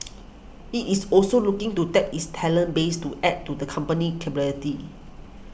it is also looking to tap its talent base to add to the company's capabilities